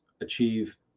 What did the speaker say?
achieve